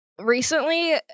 recently